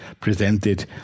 presented